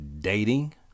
dating